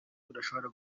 budashobora